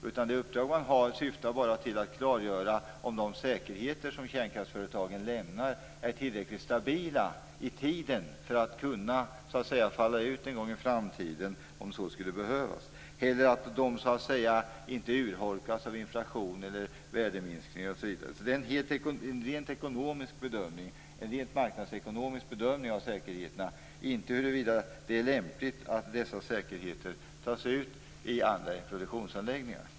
Det uppdrag man har syftar bara till att klargöra om de säkerheter som kärnkraftsföretagen lämnar är tillräckligt stabila i tiden för att kunna falla ut, så att säga, någon gång i framtiden om så skulle behövas. Man skall undersöka att de inte urholkas av inflation eller värdeminskning osv. Det är alltså en rent ekonomisk bedömning, en rent marknadsekonomisk bedömning, av säkerheterna. Det är inte en bedömning av huruvida det är lämpligt att dessa säkerheter tas ut i andra anläggningar.